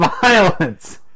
Violence